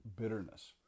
bitterness